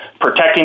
protecting